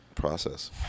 process